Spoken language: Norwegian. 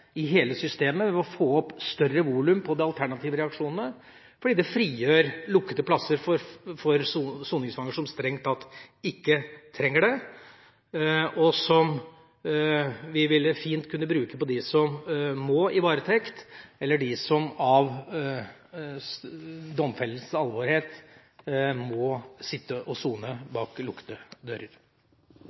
i hele systemet om man får større volum på de alternative reaksjonene. Det frigjør lukkede plasser fra soningsfanger som strengt tatt ikke trenger det – plasser som vi fint kunne bruke på dem som må i varetekt, eller dem som på grunn av alvorligheten i domfellelsen må sone bak lukkede dører.